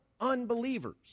Unbelievers